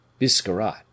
Biscarat